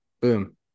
Boom